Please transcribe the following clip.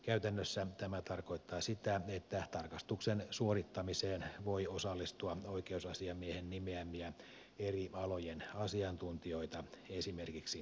käytännössä tämä tarkoittaa sitä että tarkastuksen suorittamiseen voi osallistua oikeusasiamiehen nimeämiä eri alojen asiantuntijoita esimerkiksi lääkäreitä